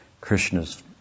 Krishna's